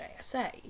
jsa